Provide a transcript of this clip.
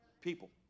people